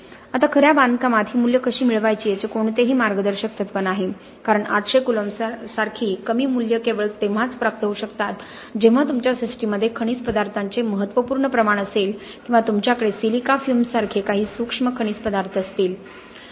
आता खऱ्या बांधकामात ही मूल्ये कशी मिळवायची याचे कोणतेही मार्गदर्शक तत्त्व नाही कारण 800 कूलॉम्ब्स सारखी कमी मूल्ये केवळ तेव्हाच प्राप्त होऊ शकतात जेव्हा तुमच्या सिस्टममध्ये खनिज पदार्थांचे महत्त्वपूर्ण प्रमाण असेल किंवा तुमच्याकडे सिलिका फ्यूमसारखे काही सूक्ष्म खनिज पदार्थ असतील